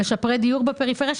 למשפרי דיור בפריפריה.